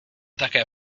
také